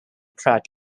track